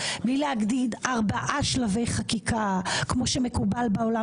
בלי להגיד ארבעה שלבי חקיקה כמו שמקובל בעולם,